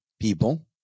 people